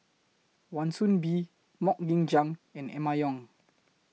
Wan Soon Bee Mok Ying Jang and Emma Yong